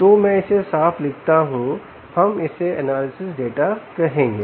तो मैं इसे साफ लिखता हूं हम इसे एनालिसिस डाटा कहेंगे